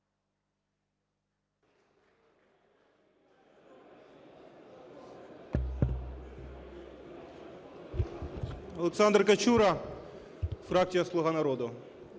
Олександр Качура, фракція "Слуга народу".